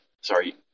sorry